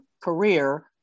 career